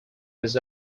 was